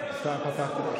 עכשיו פתחתי את השעון.